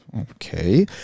okay